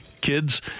kids